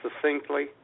succinctly